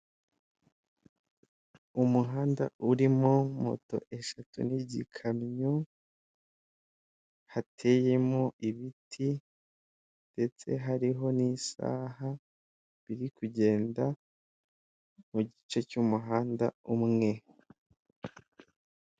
N'icyapa cyo ku muhanda hejuru hari ikiriho umurongo hejuru hari ikintu kibyimbye hameze nk'umusozi, munsi yacyo har' ikiriho abana, n'umukobwa, n'umuhungu ndetse na metero ijana hari igare rihaparitse imbere yaho hari amatara y'amamodoka, biragaragara yuko ari nijoro.